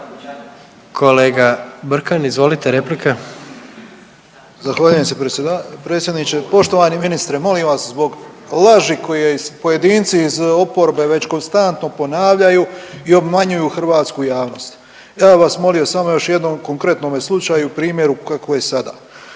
**Brkan, Jure (HDZ)** Zahvaljujem se predsjeda…, predsjedniče. Poštovani ministre, molim vas zbog laži koje pojedinci iz oporbe već konstantno ponavljaju i obmanjuju hrvatsku javnost, ja bi vas molio samo još jednom u konkretnome slučaju i primjeru kakvo je sada.